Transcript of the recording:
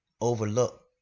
overlook